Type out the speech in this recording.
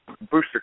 Booster